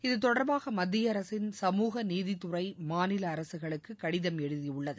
இது தொடர்பாக மத்திய அரசின் சமூக நீதித்துறை மாநில அரசுகளுக்கு கடிதம் எழுதியுள்ளது